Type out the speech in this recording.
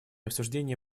обсуждения